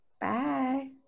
Bye